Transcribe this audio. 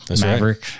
Maverick